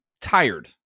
tired